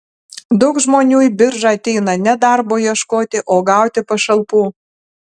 daug žmonių į biržą ateina ne darbo ieškoti o gauti pašalpų